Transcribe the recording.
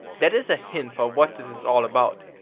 that is a hint for what this is all about.